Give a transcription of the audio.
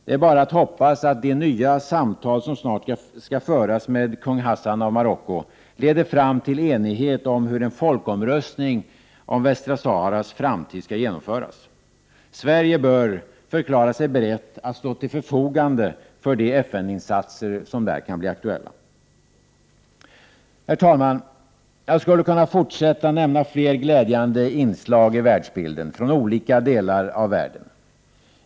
Det är bara att hoppas att de nya samtal som snart skall föras med kung Hassan av Marocko leder fram till enighet om hur en folkomröstning om Västra Saharas framtid skall genomföras. Sverige bör förklara sig berett att stå till förfogande för de FN-insatser som där kan bli aktuella. Herr talman! Jag skulle kunna fortsätta nämna fler glädjande inslag i världsbilden från olika delar av världen.